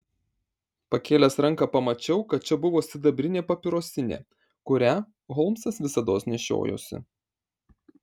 pakėlęs ranką pamačiau kad čia buvo sidabrinė papirosinė kurią holmsas visados nešiojosi